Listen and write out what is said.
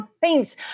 Thanks